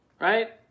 Right